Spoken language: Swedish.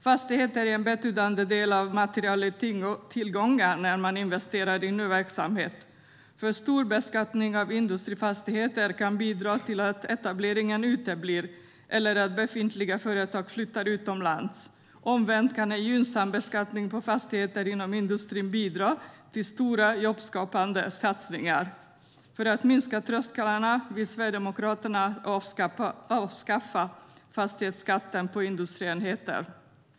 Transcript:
Fastigheter är en betydande del av de materiella tillgångarna när man investerar i nya verksamheter. För stor beskattning av industrifastigheter kan bidra till att etableringen uteblir eller till att befintliga företag flyttar utomlands. Omvänt kan en gynnsam beskattning på fastigheter inom industrin bidra till stora jobbskapande satsningar. För att minska trösklarna vill Sverigedemokraterna avskaffa fastighetsskatten på industrienheter.